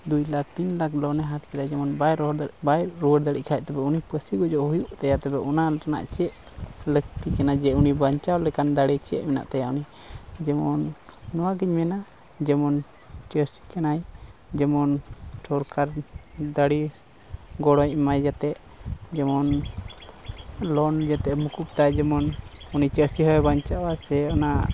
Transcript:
ᱫᱩᱭ ᱞᱟᱠᱷ ᱛᱤᱱ ᱞᱟᱠᱷ ᱞᱳᱱ ᱮ ᱦᱟᱛᱟᱣ ᱠᱮᱫᱟ ᱡᱮᱢᱚᱱ ᱵᱟᱭ ᱵᱟᱭ ᱨᱩᱣᱟᱹᱲ ᱫᱟᱲᱮᱜ ᱠᱷᱟᱡ ᱛᱚᱵᱮ ᱩᱱᱤ ᱯᱟᱹᱥᱤ ᱜᱩᱡᱩᱜ ᱦᱩᱭᱩᱜ ᱛᱟᱭᱟ ᱛᱚᱵᱮ ᱚᱱᱟ ᱨᱮᱱᱟᱜ ᱪᱮᱫ ᱞᱟᱹᱠᱛᱤ ᱠᱟᱱᱟ ᱡᱮ ᱩᱱᱤ ᱵᱟᱧᱪᱟᱣ ᱞᱮᱠᱟᱱ ᱫᱟᱲᱮ ᱪᱮᱫ ᱢᱮᱱᱟᱜ ᱛᱟᱭᱟ ᱩᱱᱤ ᱡᱮᱢᱚᱱ ᱱᱚᱣᱟᱜᱤᱧ ᱢᱮᱱᱟ ᱡᱮᱢᱚᱱ ᱪᱟᱹᱥᱤ ᱠᱟᱱᱟᱭ ᱡᱮᱢᱚᱱ ᱥᱚᱨᱠᱟᱨ ᱫᱟᱲᱮ ᱜᱚᱲᱚᱭ ᱮᱢᱟᱭ ᱡᱟᱛᱮ ᱡᱮᱢᱚ ᱞᱳᱱ ᱡᱟᱛᱮ ᱢᱩᱠᱩ ᱛᱟᱭ ᱡᱮᱢᱚᱱ ᱩᱱᱤ ᱪᱟᱹᱥᱤ ᱦᱚᱸᱭ ᱵᱟᱧᱪᱟᱜᱼᱟ ᱥᱮ ᱚᱱᱟ